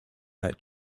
that